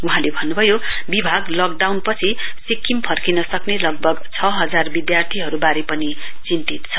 वहाँले भन्नुभयो विभाग लकडाउनपछि सिक्किम फर्किन सक्ने लगभग छ हजार विद्यार्थीहरूबारे पनि चिन्तित छ